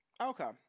Okay